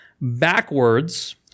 backwards